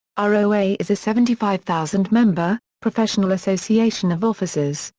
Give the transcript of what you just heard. ah roa is a seventy five thousand member, professional association of officers,